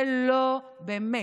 זה לא, באמת,